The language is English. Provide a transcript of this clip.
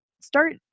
start